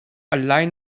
allein